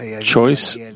choice